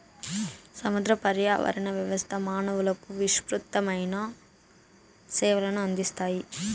సముద్ర పర్యావరణ వ్యవస్థ మానవులకు విసృతమైన సేవలను అందిస్తాయి